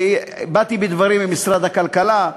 באתי בדברים עם משרד הכלכלה,